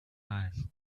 eyes